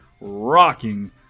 rocking